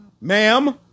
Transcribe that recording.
ma'am